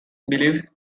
believe